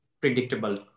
predictable